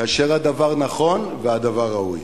כאשר הדבר נכון והדבר ראוי.